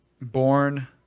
Born